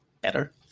better